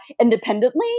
independently